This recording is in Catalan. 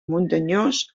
muntanyós